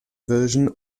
version